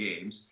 games